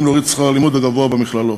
להוריד את שכר הלימוד הגבוה במכללות,